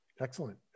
Excellent